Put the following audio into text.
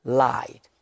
lied